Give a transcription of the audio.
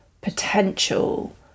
potential